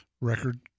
Record